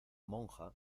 monja